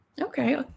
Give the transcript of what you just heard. Okay